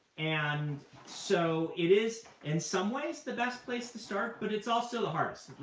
and so it is, in some ways, the best place to start. but it's also the hardest.